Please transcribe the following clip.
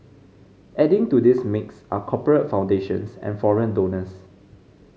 adding to this mix are corporate foundations and foreign donors